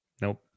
Nope